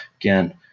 again